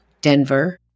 Denver